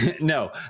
No